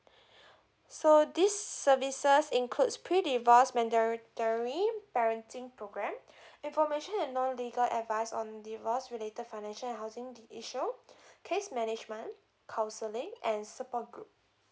so these services includes pre divorce parenting programme information and all legal advice on divorce related financial and housing issue case management counselling and support group